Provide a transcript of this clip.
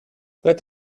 let